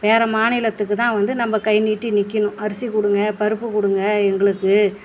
வேறே மாநிலத்துக்கு தான் வந்து நம்ம கை நீட்டி நிற்கணும் அரிசி கொடுங்க பருப்பு கொடுங்க எங்களுக்கு